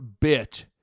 bit